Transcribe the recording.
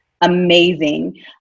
amazing